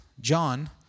John